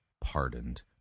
pardoned